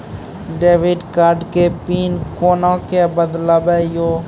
Debit card के PIN कोना के बदलबै यो?